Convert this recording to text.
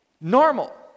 Normal